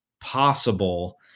possible